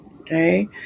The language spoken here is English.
Okay